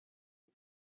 her